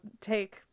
take